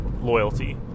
loyalty